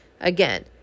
again